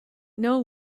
know